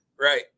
Right